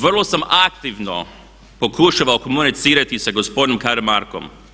Vrlo sam aktivno pokušavao komunicirati sa gospodinom Karamarkom.